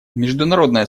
международное